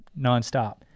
nonstop